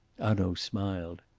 hanaud smiled.